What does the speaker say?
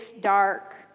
dark